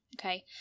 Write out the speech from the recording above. Okay